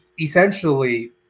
essentially